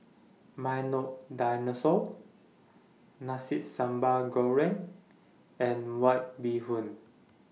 Milo Dinosaur Nasi Sambal Goreng and White Bee Hoon